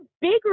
bigger